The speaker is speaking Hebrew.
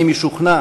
אני משוכנע